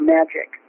Magic